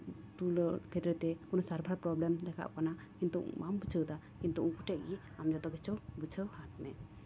ᱛᱩᱞᱟᱹᱣ ᱠᱷᱮᱛᱛᱨᱮ ᱛᱮ ᱥᱟᱨᱵᱷᱟᱨ ᱯᱨᱚᱵᱮᱞᱮᱢ ᱫᱮᱠᱷᱟᱣᱜ ᱠᱟᱱᱟ ᱠᱤᱱᱛᱩ ᱵᱟᱢ ᱵᱩᱡᱷᱟᱹᱣᱫᱟ ᱠᱤᱱᱛᱩ ᱩᱱᱠᱩ ᱴᱷᱮᱡ ᱜᱮ ᱟᱢ ᱡᱷᱚᱛᱚ ᱠᱤᱪᱷᱩ ᱵᱩᱷᱟᱹᱣ ᱦᱟᱛ ᱢᱮ